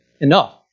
enough